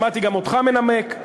שמעתי גם אותך מנמק,